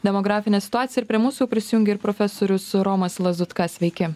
demografinę situaciją ir prie mūsų prisijungė ir profesorius romas lazutka sveiki